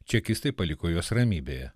čekistai paliko juos ramybėje